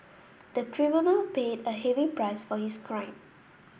the criminal paid a heavy price for his crime